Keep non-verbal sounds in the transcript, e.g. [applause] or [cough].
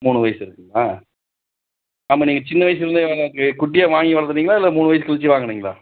மூணு வயது இருக்குதுங்களா ஆமாம் நீங்கள் சின்ன வயசுலேருந்தே [unintelligible] குட்டியாக வாங்கி வளர்த்துனீங்களா இல்லை மூணு வயது கழிச்சி வாங்கினீங்களா